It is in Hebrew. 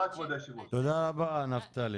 תודה רבה, נפתלי.